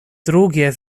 drugie